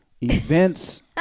events